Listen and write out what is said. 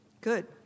Good